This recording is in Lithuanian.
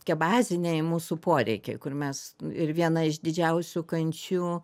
tie baziniai mūsų poreikiai kur mes ir viena iš didžiausių kančių